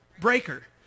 breaker